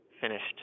finished